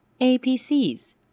APCs